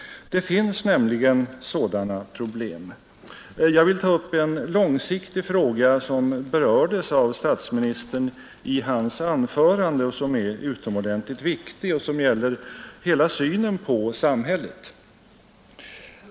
Det finns nämligen sådana problem. Jag vill ta upp en långsiktig fråga som berördes av statsministern i hans anförande och som är utomordentligt viktig. Den gäller hela synen på samhället.